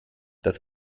das